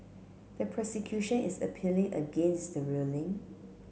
the prosecution is appealing against the ruling